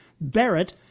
Barrett